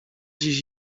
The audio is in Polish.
dziś